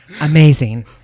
Amazing